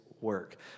work